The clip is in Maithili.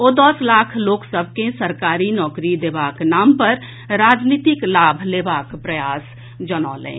ओ दस लाख लोक सभ के सरकारी नौकरी देबाक नाम पर राजनीतिक लाभ लेबाक प्रयास जनौलनि